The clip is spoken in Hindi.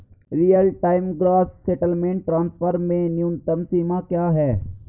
Real time gross settlement transfer में न्यूनतम सीमा क्या है?